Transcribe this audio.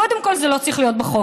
קודם כול, זה לא צריך להיות בחוק.